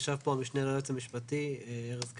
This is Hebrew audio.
ישב פה המשנה ליועץ המשפטי ארז קמיניץ.